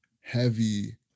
heavy